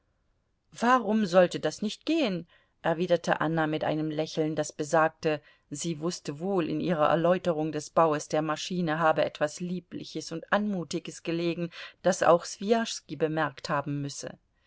warum sollte das nicht gehen erwiderte anna mit einem lächeln das besagte sie wußte wohl in ihrer erläuterung des baues der maschine habe etwas liebliches und anmutiges gelegen das auch swijaschski bemerkt haben müsse